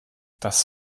das